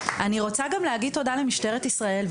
אני רוצה גם להגיד תודה למשטרת ישראל,